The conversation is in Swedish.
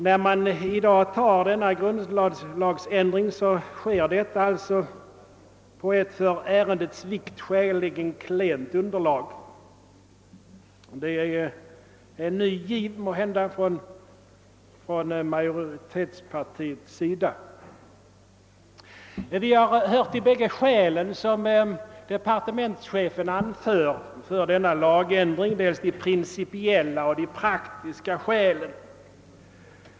När vi i dag tar denna grundlagsändring, sker detta alltså på ett med hänsyn till ärendets vikt skäligen klent underlag. Detta är tydligen en ny giv från majoritetspartiets sida. Vi har fått ta del av de skäl som departementschefen anför för denna lagändring. Det är dels principiella, dels praktiska skäl.